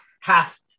half